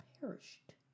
perished